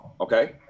Okay